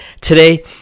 Today